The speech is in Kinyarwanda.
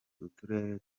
uturere